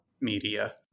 media